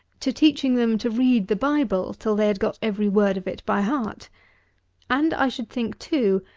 to teaching them to read the bible till they had got every word of it by heart and i should think, too,